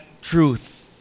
truth